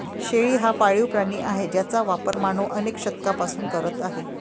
शेळी हा पाळीव प्राणी आहे ज्याचा वापर मानव अनेक शतकांपासून करत आहे